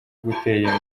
gutera